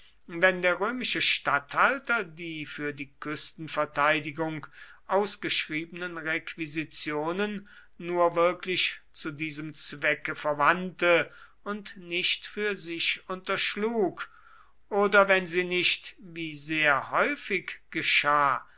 wenn der römische statthalter die für die küstenverteidigung ausgeschriebenen requisitionen nur wirklich zu diesem zwecke verwandte und nicht für sich unterschlug oder wenn sie nicht wie sehr häufig geschah